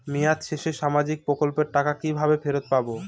মেয়াদ শেষে সামাজিক প্রকল্পের টাকা কিভাবে ফেরত পাবো?